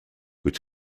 which